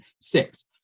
six